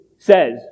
says